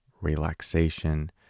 relaxation